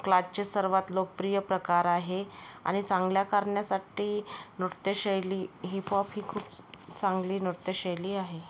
क्लाच्चे सर्वात लोकप्रिय प्रकार आहे आणि चांगल्या कारणासाठी नृत्यशैली हिपॉप ही खूप चांगली नृत्यशैली आहे